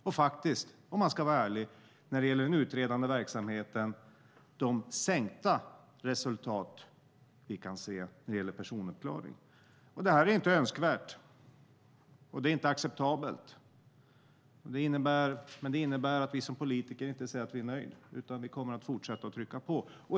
Det gäller också de, om man ska vara ärlig, faktiskt sänkta resultat vi kan se när det gäller den utredande verksamheten och personuppklaring. Detta är inte önskvärt, och det är inte acceptabelt. Det innebär att vi som politiker säger att vi inte är nöjda utan att vi kommer att fortsätta trycka på.